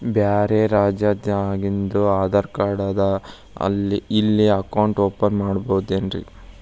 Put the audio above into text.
ಬ್ಯಾರೆ ರಾಜ್ಯಾದಾಗಿಂದು ಆಧಾರ್ ಕಾರ್ಡ್ ಅದಾ ಇಲ್ಲಿ ಅಕೌಂಟ್ ಓಪನ್ ಮಾಡಬೋದೇನ್ರಿ?